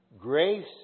Grace